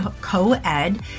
co-ed